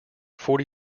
forty